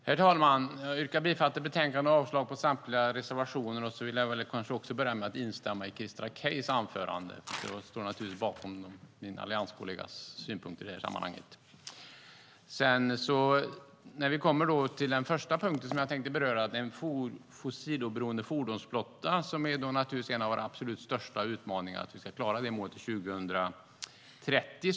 Herr talman! Jag yrkar bifall till förslaget i betänkandet och avslag på samtliga reservationer. Jag börjar också med att instämma i Christer Akejs anförande, och jag står naturligtvis bakom min alllianskollegas synpunkter. Den första punkt jag tänkte beröra gäller en fossiloberoende fordonsflotta. Det är en av våra absolut största utmaningar att klara målet till 2030.